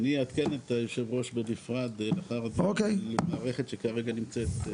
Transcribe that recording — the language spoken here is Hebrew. אני אעדכן את יושב הראש בנפרד לגבי מערכת שכרגע נמצאת.